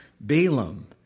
Balaam